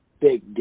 big